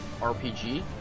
RPG